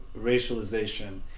racialization